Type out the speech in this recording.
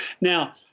Now